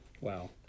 wow